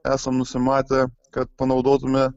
esam nusimatę kad panaudotume